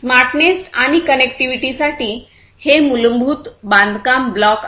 smartness आणि कनेक्टिव्हिटीसाठी हे मूलभूत बांधकाम ब्लॉक आहेत